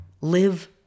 Live